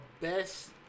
best